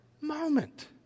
moment